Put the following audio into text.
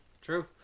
True